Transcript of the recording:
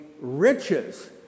riches